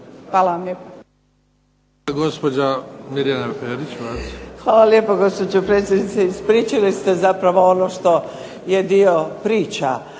Hvala vam lijepa.